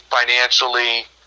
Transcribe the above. financially